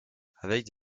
avec